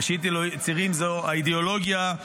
ראשית הצירים זו האידיאולוגיה,